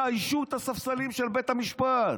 יאיישו את הספסלים של בית המשפט,